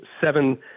seven